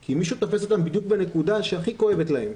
כי מישהו תופס אותם בדיוק בנקודה שהכי כואבת להם.